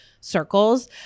circles